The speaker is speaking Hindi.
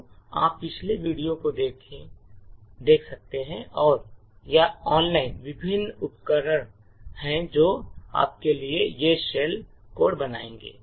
तो आप पिछले वीडियो को देख सकते हैं या ऑनलाइन विभिन्न उपकरण हैं जो आपके लिए ये शेल कोड बनाएंगे